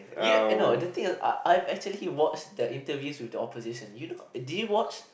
ya eh no the thing I I'm actually watch the interviews with the opposition you know did you watch